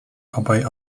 obaj